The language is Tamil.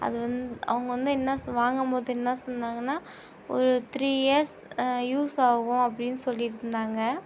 அது வந் அவங்க வந்து என்ன சொ வாங்கும் போது என்ன சொன்னாங்கன்னால் ஒரு த்ரீ இயர்ஸ் யூஸ் ஆகும் அப்படின்னு சொல்லிட்டு இருந்தாங்கள்